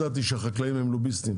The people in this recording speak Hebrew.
לא ידעתי שחקלאים הם לוביסטים.